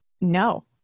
no